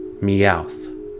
meowth